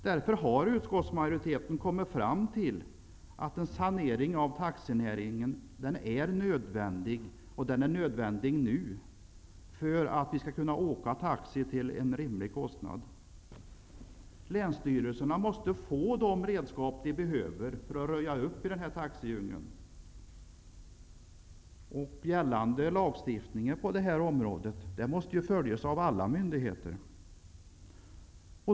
Därför har utskottsmajoriteten kommit fram till att en sanering av taxinäringen är nödvändig. Den är nödvändig nu för att vi skall kunna åka taxi till en rimlig kostnad. Länsstyrelserna måste få de redskap de behöver för att röja upp i den här taxidjungeln. Gällande lagstiftning på det här området måste följas av alla myndigheter.